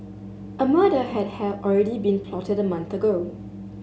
a murder had have already been plotted a month ago